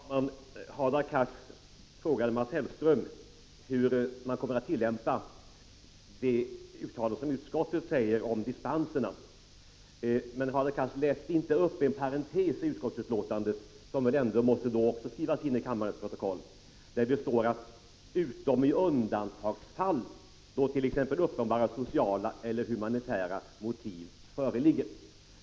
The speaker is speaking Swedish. Herr talman! Hadar Cars frågade Mats Hellström hur regeringen kommer att förfara på grundval av utskottets uttalande om dispenserna. Men Hadar Cars läste inte upp vad utskottet sagt i en parentes i betänkandets skrivning på den här punkten, som väl därför också borde skrivas in i kammarens protokoll. Där står det: ”——-—- utom i undantagsfall då t.ex. uppenbara sociala eller humanitära motiv föreligger ——--".